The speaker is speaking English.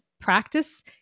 practice